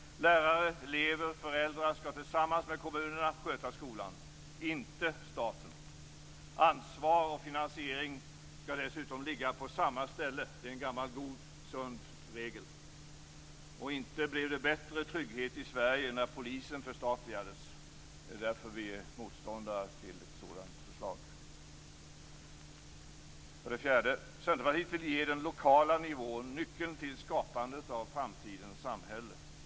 Lärare, elever och föräldrar skall tillsammans med kommunerna sköta skolan - inte staten. Ansvar och finansiering skall dessutom ligga på samma ställe. Det är en gammal god och sund regel. Inte blev det heller bättre trygghet i Sverige när polisen förstatligades. Det är därför som vi är motståndare till ett sådant förslag. För det fjärde: Centerpartiet vill ge den lokala nivån nyckeln till skapandet av framtidens samhälle.